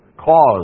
cause